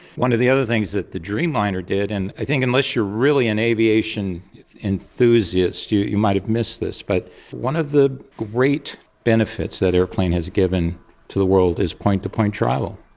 one of the other things that the dreamliner did, and i think unless you are really an aviation enthusiast you you might have missed this, but one of the great benefits that aeroplane has given to the world is point-to-point travel.